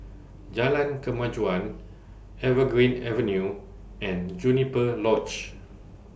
Jalan Kemajuan Evergreen Avenue and Juniper Lodge